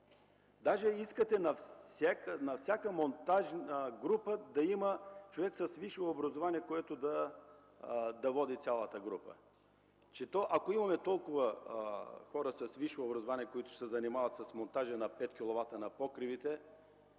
Даже искате на всяка монтажна група да има човек с висше образование, който да води цялата група. Ако имаме толкова хора с висше образование, които се занимават с монтажа на 5 киловата на покривите,